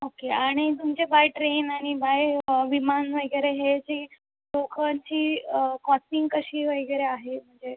okay आणि तुमचे by train आणि बाय विमान वगैरे हेची ओकांची कॉस्टिंग कशी वगैरे आहे म्हणजे